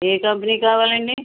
ఏ company కావాలి అండి